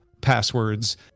passwords